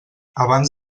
abans